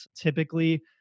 typically